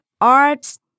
arts